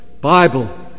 Bible